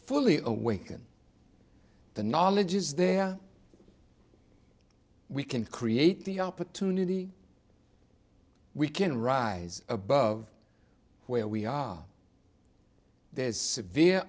fully awaken the knowledge is there we can create the opportunity we can rise above where we are there's severe